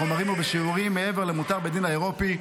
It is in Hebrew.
בחומרים ובשיעורים מעבר למותר בדין האירופאי,